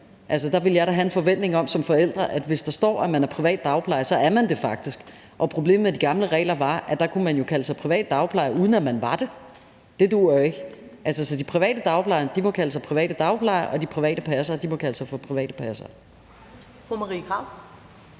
der vil jeg da have en forventning om som forældre, at hvis der står, at man er privat dagplejer, så er man det faktisk. Problemet med de gamle regler var, at der kunne man jo kalde sig privat dagplejer, uden at man var det – og det duer ikke. Altså, de private dagplejere må kalde sig for private dagplejere, og de private passere må kalde sig for private passere. Kl.